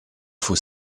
faut